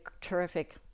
terrific